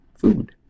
food